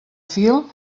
fil